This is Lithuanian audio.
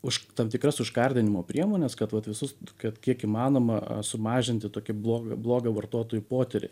už tam tikras užkardinimo priemones kad vat visus kad kiek įmanoma sumažinti tokį blog blogio vartotojų potyrį